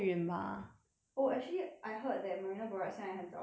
oh actually I heard that marina barrage 现在很早关因为 COVID